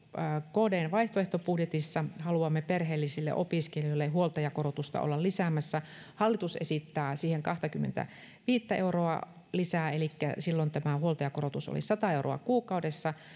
kdn vaihtoehtobudjetissa haluamme perheellisille opiskelijoille huoltajakorotusta olla lisäämässä hallitus esittää siihen kahtakymmentäviittä euroa lisää elikkä silloin tämä huoltajakorotus olisi sata euroa kuukaudessa